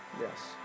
Yes